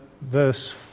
verse